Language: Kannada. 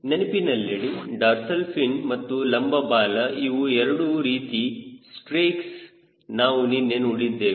ನೆನಪಿನಲ್ಲಿಡಿ ಡಾರ್ಸಲ್ ಫಿನ್ ಮತ್ತು ಲಂಬ ಬಾಲ ಇವು ಎರಡು ರೀತಿ ಸ್ಟ್ರೇಕ್ಸ್ ನಾವು ನಿನ್ನೆ ನೋಡಿದ್ದೇವೆ